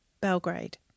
Belgrade